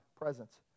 presence